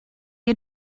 had